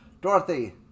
Dorothy